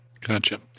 Gotcha